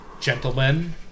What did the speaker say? gentlemen